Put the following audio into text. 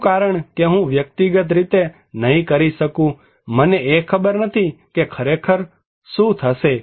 કયું કારણ કે હું વ્યક્તિગત રીતે નહીં કરી શકું મને એ ખબર નથી કે ખરેખર શું થશે